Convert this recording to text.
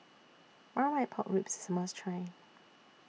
Marmite Pork Ribs IS A must Try